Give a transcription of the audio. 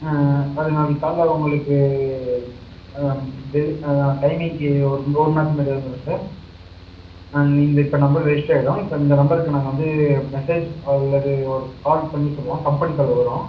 அது நாளைக்கு காலையில் உங்களுக்கு ஆ டெலி டைமிங்கு ஒரு ஒரு மணி நேரத்துக்கு முன்னாடியாவது வந்துடுவோம் சார் அண்ட் நீங்கள் இப்போ நம்பர் ரெஜிஸ்டராகிடும் இப்போ இந்த நம்பருக்கு நாங்கள் வந்து மெசேஜ் அல்லது ஒரு கால் பண்ணி சொல்லுவோம் கம்பெனி கால் வரும்